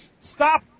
stop